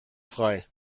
frei